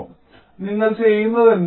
അതിനാൽ നിങ്ങൾ ചെയ്യുന്നതെന്തും